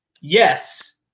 Yes